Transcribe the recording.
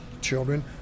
children